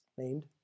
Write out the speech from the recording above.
Named